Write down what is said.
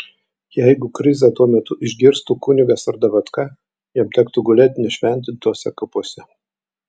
jeigu krizą tuo metu išgirstų kunigas ar davatka jam tektų gulėt nešventintuose kapuose